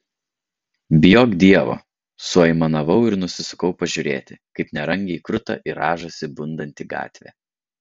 bijok dievo suaimanavau ir nusisukau pažiūrėti kaip nerangiai kruta ir rąžosi bundanti gatvė